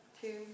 Two